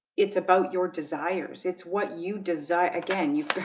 it's about your desires. it's what you desire again. you've got,